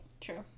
True